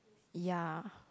ya